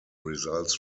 results